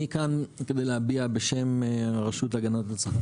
אני כאן כדי להביע בשם הרשות להגנת הצרכן